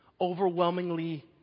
Overwhelmingly